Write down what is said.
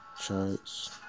charts